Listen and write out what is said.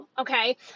okay